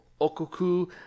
Okoku